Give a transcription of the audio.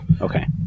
Okay